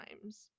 times